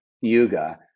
yuga